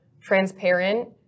transparent